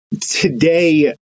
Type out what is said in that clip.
Today